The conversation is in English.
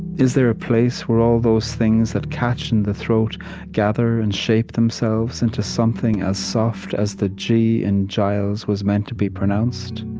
is there a place where all those things that catch in the throat gather and shape themselves into something as soft as the g in giles was meant to be pronounced?